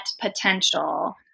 potential